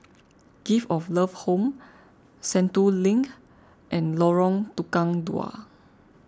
Gift of Love Home Sentul Link and Lorong Tukang Dua